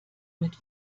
mit